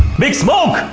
big smoke.